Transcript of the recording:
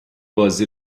بازی